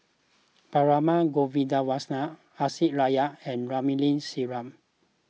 Perumal Govindaswamy Aisyah Lyana and Ramli Sarip